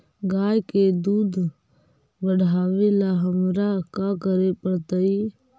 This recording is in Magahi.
गाय के दुध बढ़ावेला हमरा का करे पड़तई?